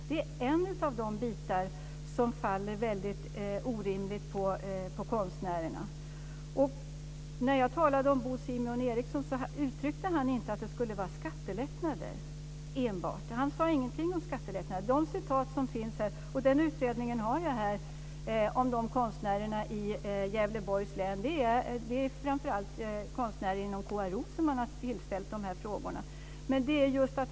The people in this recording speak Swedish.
Det är en av de bitar som faller orimligt på konstnärerna. Bo Simeon Eriksson, som jag talade om, uttryckte inte att det enbart skulle vara skattelättnader. Han sade ingenting om skattelättnader. De citat som finns - och den utredningen om konstnärer i Gävleborgs län har jag här - är framför allt från konstnärer inom KRO. Det är dem man har tillställt de här frågorna.